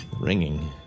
ringing